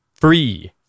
free